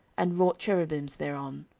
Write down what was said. and wrought cherubims thereon.